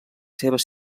seves